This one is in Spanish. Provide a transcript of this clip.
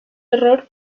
error